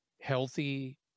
healthy